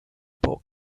bought